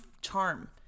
charm